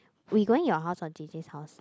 we going your house or J_J's house